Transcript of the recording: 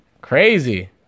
crazy